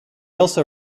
also